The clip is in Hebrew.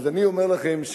אז אני אומר לכם,